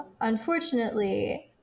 Unfortunately